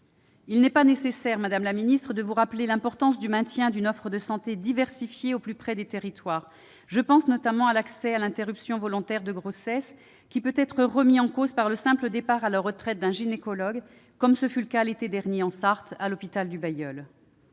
Il n'est pas nécessaire, madame la ministre, de vous rappeler l'importance du maintien d'une offre de santé diversifiée au plus près des territoires. Je pense notamment à l'accès à l'interruption volontaire de grossesse, qui peut être remis en cause par le simple départ à la retraite d'un gynécologue, comme ce fut le cas l'été dernier en Sarthe à l'hôpital du Bailleul.